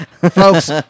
folks